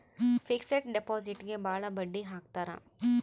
fixed ಡಿಪಾಸಿಟ್ಗೆ ಭಾಳ ಬಡ್ಡಿ ಹಾಕ್ತರ